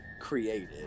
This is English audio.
created